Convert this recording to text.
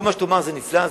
כל מה שתאמר זה נפלא,